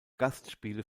gastspiele